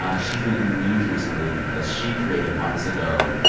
um she's been in the news recently because she created, months ago,